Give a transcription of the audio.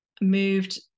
moved